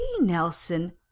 Nelson